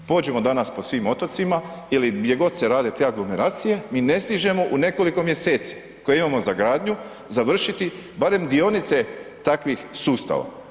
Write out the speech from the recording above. Pođimo danas po svim otocima ili gdje god se rade te aglomeracije, mi ne stižemo u nekoliko mjeseci koje imamo za gradnju završiti barem dionice takvih sustava.